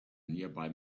nearby